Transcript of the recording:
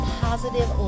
positive